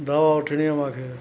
दवा वठणी हुई मूंखे